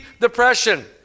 depression